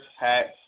hats